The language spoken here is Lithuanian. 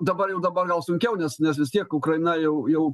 dabar jau dabar gal sunkiau nes nes vis tiek ukraina jau jau